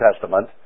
Testament